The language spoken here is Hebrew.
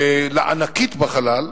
ולענקית בחלל,